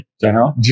General